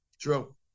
True